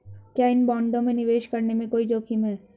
क्या इन बॉन्डों में निवेश करने में कोई जोखिम है?